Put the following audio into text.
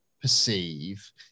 perceive